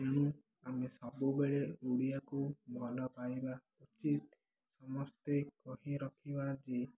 ତେଣୁ ଆମେ ସବୁବେଳେ ଓଡ଼ିଆକୁ ଭଲ ପାଇବା ଉଚିତ ସମସ୍ତେ କହି ରଖିବା ଯେ